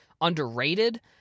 underrated